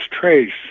Trace